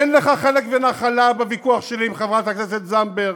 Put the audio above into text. אין לך חלק ונחלה בוויכוח שלי עם חברת הכנסת זנדברג,